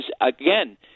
again